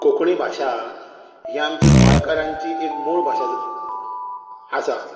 कोंकणी भाशा ही आमची गोंयकारांची एक मूळ भाशा आसा